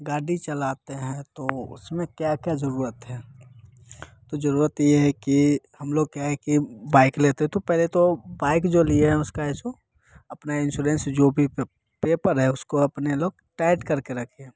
गाड़ी चलाते हैं तो उसमें क्या क्या ज़रूरत है तो ज़रूरत यह है कि हम लोग क्या है कि बाइक लेते हैं तो पहले तो बाइक जो लिए हैं उसका ऐसो अपना इंश्योरेंस जो भी पेपर है उसको अपने लोग टाइट करके रखें